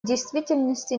действительности